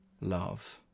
love